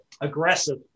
aggressive